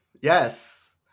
yes